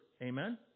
Amen